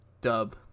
dub